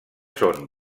són